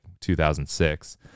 2006